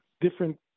different